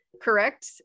correct